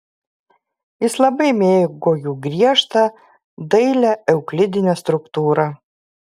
jis labai mėgo jų griežtą dailią euklidinę struktūrą